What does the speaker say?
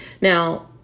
Now